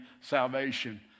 salvation